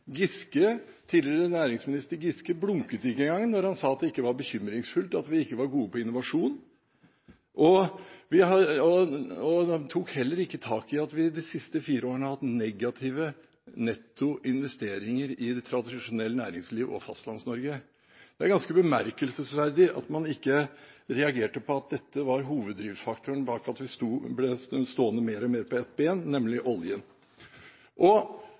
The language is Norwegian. Tidligere næringsminister Giske blunket ikke engang da han sa at det ikke var bekymringsfullt at vi ikke er gode på innovasjon, og han tok heller ikke tak i at vi de siste fire årene har hatt negative nettoinvesteringer i det tradisjonelle næringslivet og Fastlands-Norge. Det er ganske bemerkelsesverdig at man ikke reagerte på at dette var hovedfaktoren bak at vi ble stående mer og mer på ett bein, nemlig oljen.